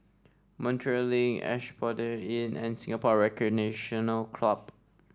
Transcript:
Montreal Link Asphodel Inn and Singapore Recreational Club